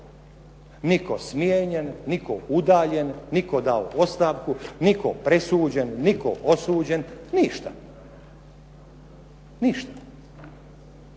nitko smijenjen, nitko udaljen, nitko da ostavku, nitko presuđen, nitko osuđen. Ništa.